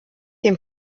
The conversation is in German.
dem